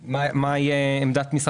זה גם מה שאמר נציג משרד התחבורה.